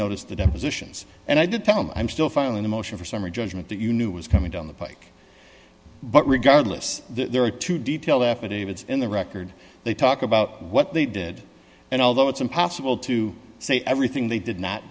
noticed the depositions and i did tell him i'm still filing a motion for summary judgment that you knew was coming down the pike but regardless there are two detailed affidavits in the record they talk about what they did and although it's impossible to say everything they did not